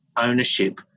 ownership